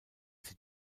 sie